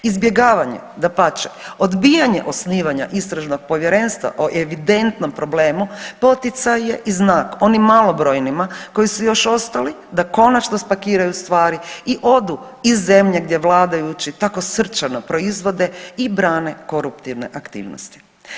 Izbjegavanje dapače odbijanje osnivanja istražnog povjerenstva o evidentnom problemu poticaj je i znak onim malobrojnima koji su još ostali da konačno spakiraju stvari i odu iz zemlje gdje vladajući tako srčano proizvode i brane koruptivne aktivnosti.